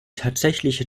tatsächliche